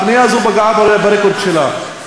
הפנייה הזאת פגעה ברקורד שלה.